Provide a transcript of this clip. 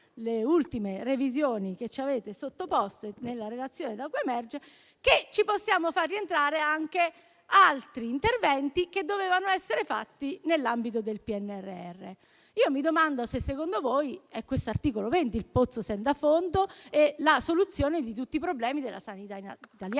le ultime revisioni che ci avete sottoposto e che emergono nella relazione, abbiamo ben pensato di poterci far rientrare anche altri interventi che dovevano essere fatti nell'ambito del PNRR. Mi domando se secondo voi questo articolo 20 sia un pozzo senza fondo e la soluzione a tutti i problemi della sanità italiana.